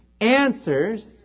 Answers